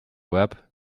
web